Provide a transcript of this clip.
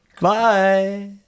Bye